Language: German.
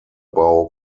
bau